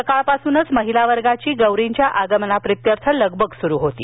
सकाळपासूनच महिलावर्गाची गौरींच्या आगमनाप्रित्यर्थ लगबग सुरू होती